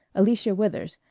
alicia withers,